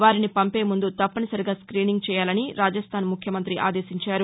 వారిని పంపే ముందు తప్పనిసరిగా స్క్రీనింగ్ చేయాలని రాజస్థాన్ ముఖ్యమంతి ఆదేశించారు